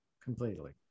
completely